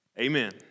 amen